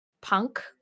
punk